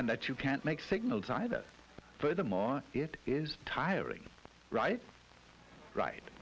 and that you can't make signals either furthermore it is tiring right right